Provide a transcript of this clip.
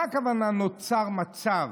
מה הכוונה "נוצר מצב"?